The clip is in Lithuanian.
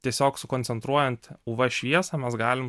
tiesiog sukoncentruojant uv šviesą mes galim